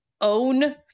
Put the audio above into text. own